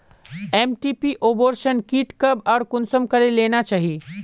MTP abortion kit कब आर कुंसम करे लेना चही?